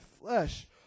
flesh